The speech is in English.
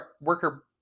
Worker